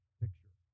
picture